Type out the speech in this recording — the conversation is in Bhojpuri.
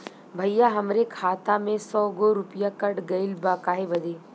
भईया हमरे खाता मे से सौ गो रूपया कट गइल बा काहे बदे?